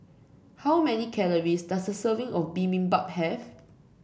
how many calories does a serving of bibimbap have